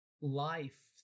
life